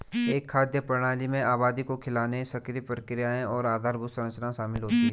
एक खाद्य प्रणाली में आबादी को खिलाने सभी प्रक्रियाएं और आधारभूत संरचना शामिल होती है